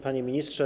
Panie Ministrze!